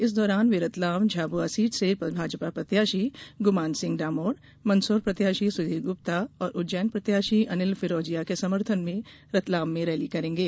इस दौरान वे रतलाम झाबुआ सीट से भाजपा प्रत्याशी गुमान सिंह डामोर मंदसौर प्रत्याशी सुधीर गुप्ता और उज्जैन प्रत्याशी अनिल फिरोजिया के समर्थन में रतलाम में रैली करेंगे